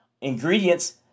ingredients